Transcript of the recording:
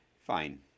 Fine